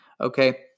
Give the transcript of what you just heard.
okay